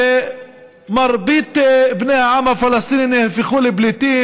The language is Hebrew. שמרבית בני העם הפלסטיני נהפכו לפליטים,